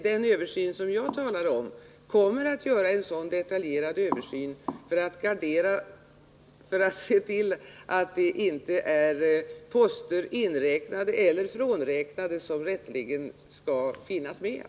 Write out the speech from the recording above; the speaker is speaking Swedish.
Den översyn som jag talade om kommer att innebära en sådan detaljgranskning, varvid man ser till att inte poster är frånräknade som rätteligen skall finnas med.